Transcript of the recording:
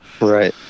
right